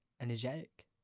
energetic